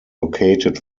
located